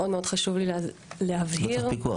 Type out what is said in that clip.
מאוד מאוד חשוב לי להבהיר --- לא צריך פיקוח.